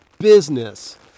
business